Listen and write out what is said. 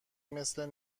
مثل